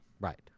Right